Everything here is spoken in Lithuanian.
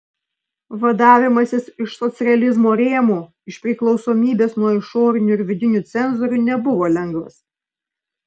vadavimasis iš socrealizmo rėmų iš priklausomybės nuo išorinių ir vidinių cenzorių nebuvo lengvas